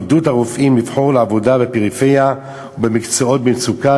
עידוד הרופאים לבחור בעבודה בפריפריה ובמקצועות במצוקה,